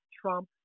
Trump